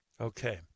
Okay